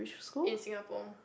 in Singapore